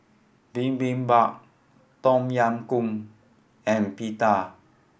Bibimbap Tom Yam Goong and Pita